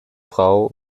frau